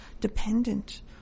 dependent